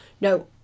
No